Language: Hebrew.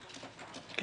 מה הנושא השני?